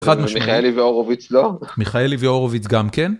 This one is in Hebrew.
חד משמעית. מיכאלי והורוביץ לא מיכאלי והורוביץ גם כן.